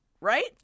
right